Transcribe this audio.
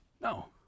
No